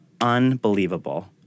unbelievable